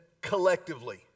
collectively